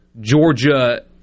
Georgia